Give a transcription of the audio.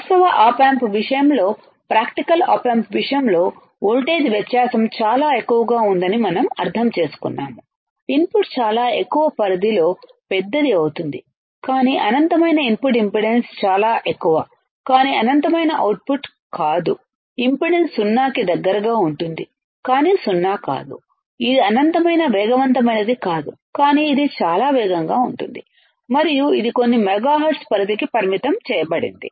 వాస్తవ op amp విషయంలో practical op amp విషయంలో వోల్టేజ్ వ్యత్యాసం చాలా ఎక్కువగా ఉందని మనం అర్థం చేసుకున్నాము ఇన్పుట్ చాలా ఎక్కువ పరిధిలో పెద్దది అవుతుంది కాని అనంతమైన ఇన్పుట్ ఇంపిడెన్స్ చాలా ఎక్కువ కానీ అనంతమైన అవుట్పుట్ కాదు ఇంపిడెన్స్ సున్నాకి దగ్గరగా ఉంటుంది కానీ సున్నా కాదు ఇది అనంతమైన వేగవంతమైనది కాదు కానీ ఇది చాలా వేగంగా ఉంటుంది మరియు ఇది కొన్ని మెగాహెర్ట్జ్ పరిధికి పరిమితం చేయబడింది